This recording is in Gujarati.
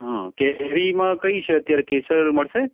હ કેરીમાં કઈ છે અત્યારે કેસર મળસે